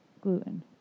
Gluten